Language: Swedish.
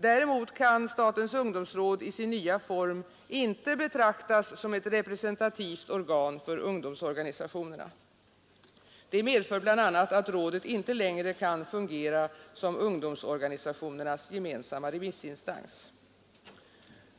Däremot kan statens ungdomsråd i sin nya form inte betraktas som ett representativt organ för ungdomsorganisationerna. Detta medför bl.a. att rådet inte längre kan fungera som ungdomsorganisationernas gemensamma remissinstans.